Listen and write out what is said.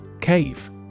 Cave